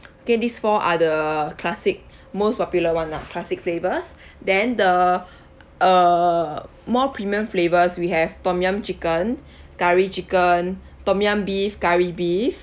okay these four are the classic most popular [one] lah classic flavours then the uh more premium flavours we have tom yum chicken curry chicken tom yum beef curry beef